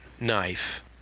knife